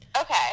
Okay